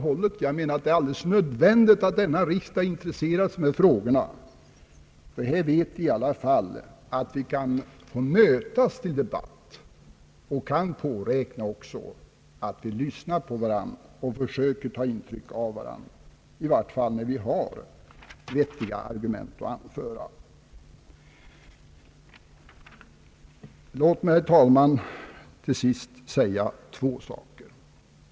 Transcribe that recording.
Det är alldeles nödvändigt att riksdagen intresserar sig för dessa frågor, ty vi vet i alla fall att vi här kan mötas till debatt och kan påräkna att vi lyssnar på varandra och Allmänpolitisk debatt försöker ta intryck av varandra, i vart fall när det finns vettiga argument att anföra. Låt mig, herr talman, till sist säga två saker.